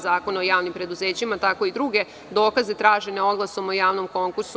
Zakona o javnim preduzećima tako i druge dokaze tražene oglasom u javnom konkursu.